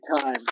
time